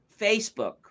Facebook